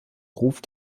ruf